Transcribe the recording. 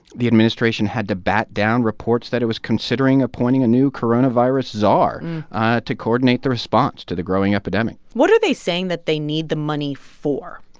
the administration had to bat down reports that it was considering appointing a new coronavirus czar to coordinate the response to the growing epidemic what are they saying that they need the money for?